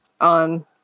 on